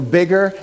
bigger